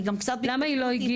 אני גם קצת --- למה היא לא הגיעה?